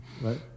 right